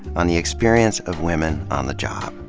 on the experiences of women on the job.